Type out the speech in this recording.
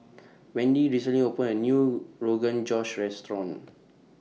Wendy recently opened A New Rogan Josh Restaurant